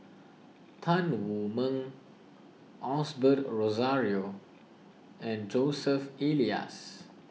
Tan Wu Meng Osbert Rozario and Joseph Elias